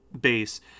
base